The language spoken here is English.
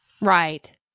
Right